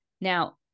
Now